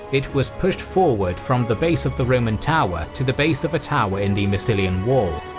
it was pushed forward from the base of the roman tower, to the base of a tower in the massilian wall.